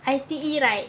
I_T_E like